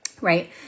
right